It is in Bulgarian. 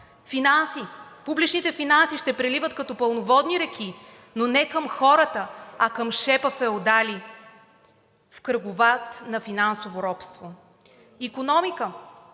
Финанси. Публичните финанси ще преливат като пълноводни реки, но не към хората, а към шепа феодали в кръговрат на финансово робство.